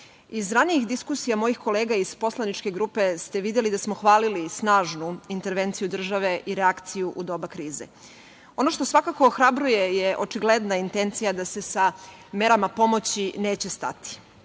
ranijih diskusija mojih kolega iz poslaničke grupe smo videli da smo hvalili snažnu intervenciju države i reakciju u doba krize. Ono što svakako ohrabruje je očigledna intencija da se sa merama pomoći neće stati. Budžet